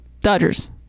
Dodgers